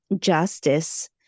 Justice